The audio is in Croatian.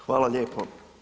Hvala lijepo.